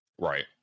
right